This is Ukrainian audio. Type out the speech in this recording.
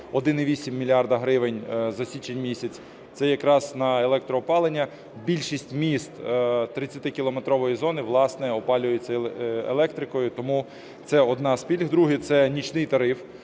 1,8 мільярда гривень за січень місяць. Це якраз на електроопалення. Більшість міст 30-кілометрової зони, власне, опалюються електрикою. Тому це одна з пільг. Другий, це нічний тариф,